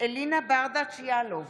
אלינה ברדץ' יאלוב,